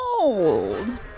old